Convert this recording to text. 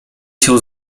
się